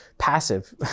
passive